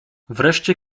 wreszcie